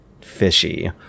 fishy